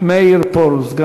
מאיר פרוש.